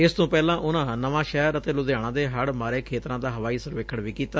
ਇਸ ਤੋ ਪਹਿਲਾਂ ਉਨਾਂ ਨਵਾਂ ਸ਼ਹਿਰ ਅੱਤੇ ਲੁਧਿਆਣਾ ਦੇ ਹੜ ਮਾਰੇ ਖੇਤਰਾਂ ਦਾ ਹਵਾਈ ਸਰਵੇਖਣ ਵੀ ਕੀਤ